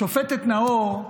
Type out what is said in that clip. השופטת נאור,